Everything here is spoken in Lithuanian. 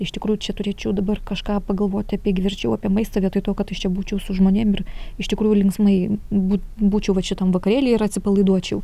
iš tikrųjų čia turėčiau dabar kažką pagalvot apie gi verčiau apie maistą vietoj to kad iš čia būčiau su žmonėm ir iš tikrųjų linksmai būt būčiau vat šitam vakarėly ir atsipalaiduočiau